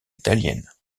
italiennes